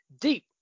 deep